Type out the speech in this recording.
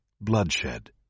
bloodshed